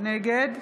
נגד